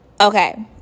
Okay